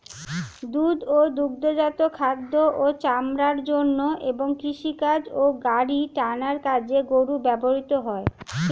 দুধ ও দুগ্ধজাত খাদ্য ও চামড়ার জন্য এবং কৃষিকাজ ও গাড়ি টানার কাজে গরু ব্যবহৃত হয়